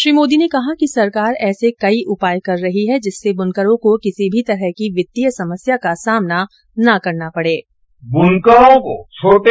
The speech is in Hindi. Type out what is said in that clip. श्री मोदी ने कहा कि सरकार ऐसे कई उपाय कर रही है जिससे बुनकरों को किसी भी तरह की वित्तीय समस्या का सामना न करने पड़े